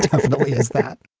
definitely has that